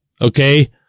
Okay